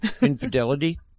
infidelity